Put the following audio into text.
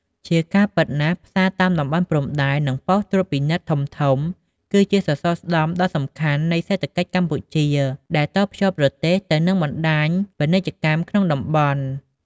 ជាការពិតណាស់ ផ្សារតាមតំបន់ព្រំដែន និងប៉ុស្តិ៍ត្រួតពិនិត្យធំៗ គឺជា សរសរស្តម្ភដ៏សំខាន់ នៃសេដ្ឋកិច្ចកម្ពុជា ដែលតភ្ជាប់ប្រទេសទៅនឹងបណ្តាញពាណិជ្ជកម្មក្នុងតំបន់។